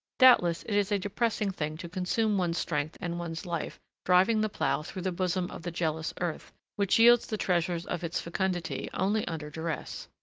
doubtless it is a depressing thing to consume one's strength and one's life driving the plough through the bosom of the jealous earth, which yields the treasures of its fecundity only under duress,